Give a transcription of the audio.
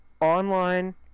online